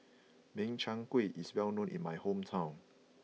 Min Chiang Kueh is well known in my hometown